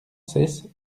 cesse